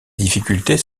difficultés